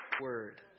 word